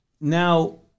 Now